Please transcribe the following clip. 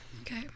Okay